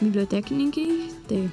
bibliotekininkei tai